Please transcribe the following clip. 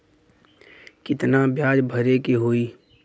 कितना ब्याज भरे के होई?